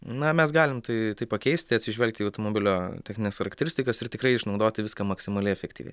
na mes galim tai tai pakeist atsižvelgti į automobilio technines charakteristikas ir tikrai išnaudoti viską maksimaliai efektyviai